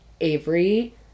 Avery